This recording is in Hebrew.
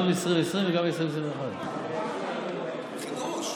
גם 2020 וגם 2021. חידוש.